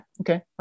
okay